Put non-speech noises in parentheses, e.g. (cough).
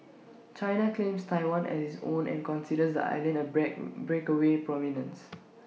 China claims Taiwan as its own and considers the island A black (hesitation) breakaway (unintelligible)